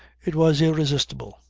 it was irresistible.